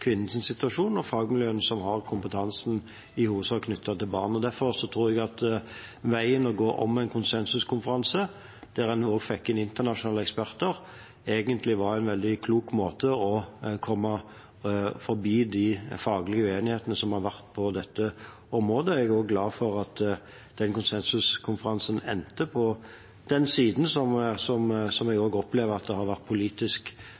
sin i hovedsak knyttet til barn. Derfor tror jeg at det å gå veien om en konsensuskonferanse, der en også fikk inn internasjonale eksperter, egentlig var en veldig klok måte å komme forbi de faglige uenighetene på, som har vært på dette området. Jeg er også glad for at konsensuskonferansen endte på den siden som jeg opplever har politisk støtte i Stortinget, selv om dette i bunn og grunn er et veldig faglig spørsmål. Jeg